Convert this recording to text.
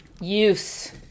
use